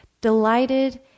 delighted